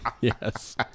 Yes